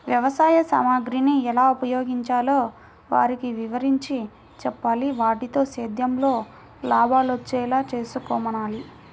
వ్యవసాయ సామగ్రిని ఎలా ఉపయోగించాలో వారికి వివరించి చెప్పాలి, వాటితో సేద్యంలో లాభాలొచ్చేలా చేసుకోమనాలి